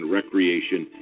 recreation